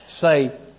say